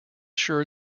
sure